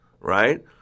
Right